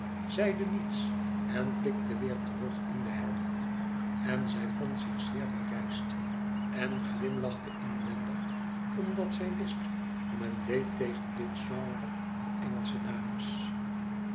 zeide niets en blikte weêr terug in den herald en zij vond zich zeer bereisd en glimlachte inwendig omdat zij wist hoe men deed tegen dit genre van engelsche dames